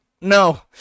No